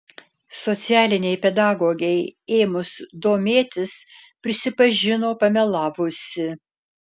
socialinei pedagogei ėmus domėtis prisipažino pamelavusi